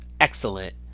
excellent